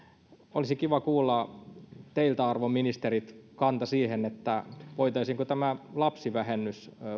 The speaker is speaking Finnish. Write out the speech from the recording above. olisi kiva kuulla teiltä arvon ministerit kanta siihen voitaisiinko tämä lapsivähennys